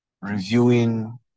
reviewing